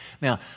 Now